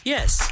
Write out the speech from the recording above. Yes